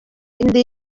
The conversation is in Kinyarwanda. yindi